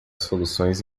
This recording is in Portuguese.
soluções